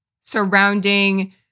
surrounding